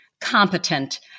competent